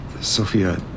Sophia